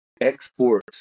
export